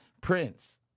Prince